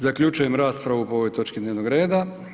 Zaključujem raspravu po ovoj točki dnevnog reda.